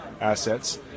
assets